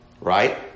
Right